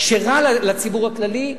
כשרע לציבור הכללי,